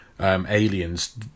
aliens